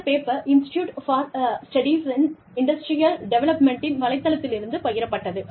இந்த paper institute for studies in industrial டெவெலப்மெண்ட்டின் வலைத்தளத்திலிருந்து பகிரப்பட்டது